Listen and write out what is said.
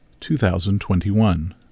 2021